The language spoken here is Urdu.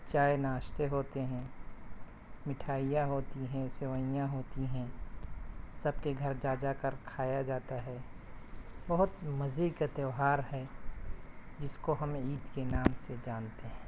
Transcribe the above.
چائے ناشتے ہوتے ہیں مٹھائیاں ہوتی ہیں سوئیاں ہوتی ہیں سب کے گھر جا جا کر کھایا جاتا ہے بہت مزے کا تیوہار ہے جس کو ہم عید کے نام سے جانتے ہیں